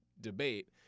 debate